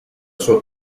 sua